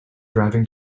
driving